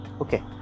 okay